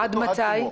עד מתי?